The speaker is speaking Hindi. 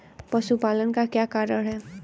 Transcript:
पशुपालन का क्या कारण है?